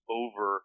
over